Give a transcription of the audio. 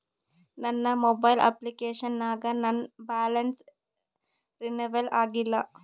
ನನ್ನ mobile application ನಾಗ ನನ್ ಬ್ಯಾಲೆನ್ಸ್ ರೀನೇವಲ್ ಆಗಿಲ್ಲ